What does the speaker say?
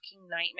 nightmare